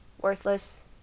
Worthless